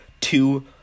two